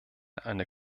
eine